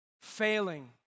failing